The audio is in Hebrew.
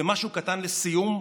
ומשהו קטן לסיום: